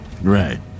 Right